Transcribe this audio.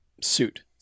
suit